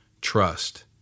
trust